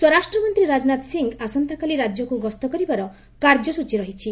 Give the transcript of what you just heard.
ସ୍ୱରାଷ୍ଟ୍ରମନ୍ତ୍ରୀ ରାଜନାଥ ସିଂ ଆସନ୍ତାକାଲି ରାଜ୍ୟକୁ ଗସ୍ତ କରିବାର କାର୍ଯ୍ୟସ୍ତୀ ରହିଛି